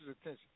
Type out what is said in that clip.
attention